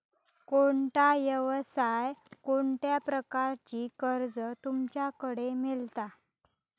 कोणत्या यवसाय कोणत्या प्रकारचा कर्ज तुमच्याकडे मेलता?